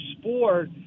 sport